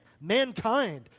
mankind